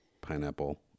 pineapple